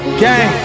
gang